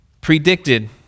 predicted